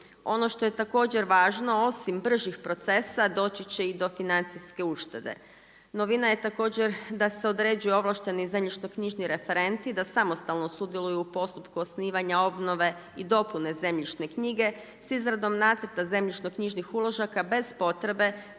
Ono što je također važno, osim bržih procesa doći će i do financijske uštede. Novina je također da se određuje ovlašteni zemljišno knjižni referenti, da samostalno sudjeluju u postupku osnivanja obnove i dopune zemljišne knjige s izradom nacrta zemljišno knjižnih uložaka bez potrebe